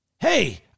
Hey